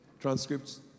transcripts